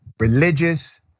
religious